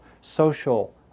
social